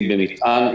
אם במטען,